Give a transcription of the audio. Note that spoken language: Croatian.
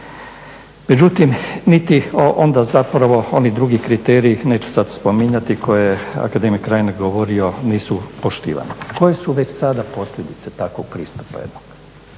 Međutim, niti onda zapravo oni drugi kriteriji, neću sad spominjati koje je akademik Reiner nisu poštivani. Koje su već sada posljedice takvog pristupa jednog?